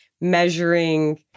measuring